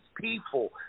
people